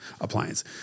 appliance